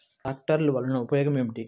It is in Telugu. ట్రాక్టర్లు వల్లన ఉపయోగం ఏమిటీ?